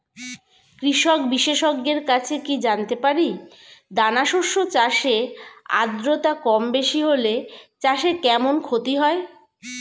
কৃষক বিশেষজ্ঞের কাছে কি জানতে পারি দানা শস্য চাষে আদ্রতা কমবেশি হলে চাষে কেমন ক্ষতি হয়?